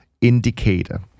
indicator